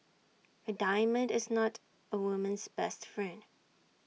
A diamond is not A woman's best friend